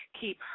keep